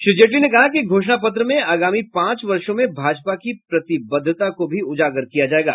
श्री जेटली ने कहा कि घोषणा पत्र में आगामी पांच वर्षो में भाजपा की प्रतिबद्धता को भी उजागर किया जाएगा